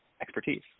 expertise